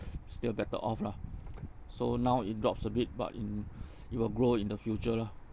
still better off lah so now it drops a bit but in it will grow in the future lah